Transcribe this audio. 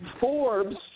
Forbes